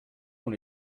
dont